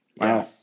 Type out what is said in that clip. Wow